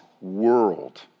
world